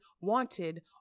wanted